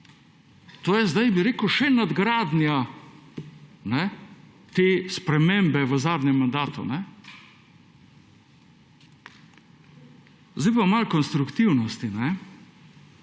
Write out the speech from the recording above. To je zdaj še nadgradnja te spremembe v zadnjem mandatu. Zdaj pa malo konstruktivnosti.